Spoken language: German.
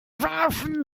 warfen